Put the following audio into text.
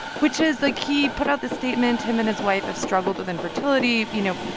which is, like he put out this statement. him and his wife have struggled with infertility, you know,